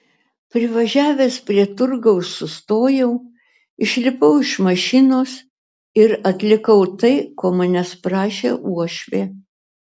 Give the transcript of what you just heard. privažiavęs prie turgaus sustojau išlipau iš mašinos ir atlikau tai ko manęs prašė uošvė